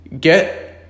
get